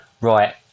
Right